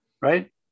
Right